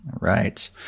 Right